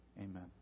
Amen